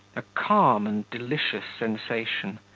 a calm and delicious sensation,